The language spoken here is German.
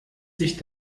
sich